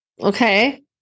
Okay